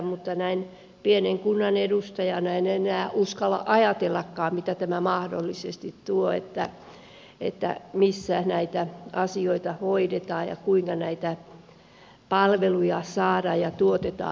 mutta näin pienen kunnan edustajana en enää uskalla ajatellakaan mitä tämä mahdollisesti tuo missä näitä asioita hoidetaan ja kuinka näitä palveluja saadaan ja tuotetaan